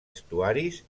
estuaris